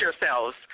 yourselves